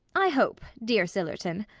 i hope, dear sillerton,